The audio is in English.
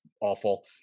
awful